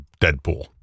Deadpool